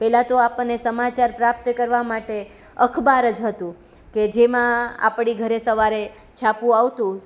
પહેલા તો આપણને સમાચાર પ્રાપ્ત કરવા માટે અખબાર જ હતું કે જેમાં આપણી ઘરે સવારે છાપુ આવતું